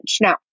Now